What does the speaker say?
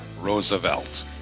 Roosevelt